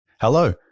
Hello